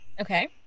Okay